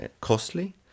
costly